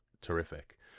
terrific